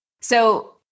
So-